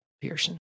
Pearson